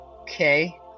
Okay